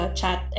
chat